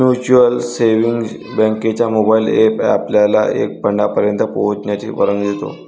mutual savings बँकेचा mobile app आपल्याला आपल्या फंडापर्यंत पोहोचण्याची परवानगी देतो